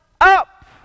up